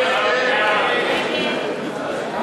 הצעת סיעת ש"ס להביע